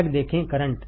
अलग देखें करंट